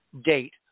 date